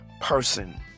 person